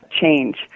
change